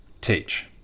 teach